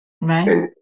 right